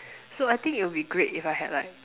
so I think it will be great if I had like